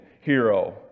hero